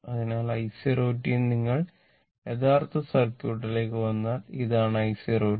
അതിനാൽ i 0 t നിങ്ങൾ യഥാർത്ഥ സർക്യൂട്ടിലേക്ക് വന്നാൽ ഇതാണ് i 0 t